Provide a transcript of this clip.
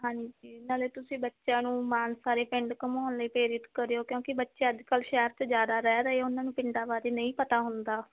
ਹਾਂਜੀ ਨਾਲੇ ਤੁਸੀਂ ਬੱਚਿਆਂ ਨੂੰ ਮਾਨਸਾ ਦੇ ਪਿੰਡ ਘੁੰਮਾਉਣ ਲਈ ਪ੍ਰੇਰਿਤ ਕਰਿਓ ਕਿਉਂਕਿ ਬੱਚੇ ਅੱਜ ਕੱਲ ਸ਼ਹਿਰ 'ਚ ਜ਼ਿਆਦਾ ਰਹਿ ਰਹੇ ਉਹਨਾਂ ਨੂੰ ਪਿੰਡਾਂ ਬਾਰੇ ਨਹੀਂ ਪਤਾ ਹੁੰਦਾ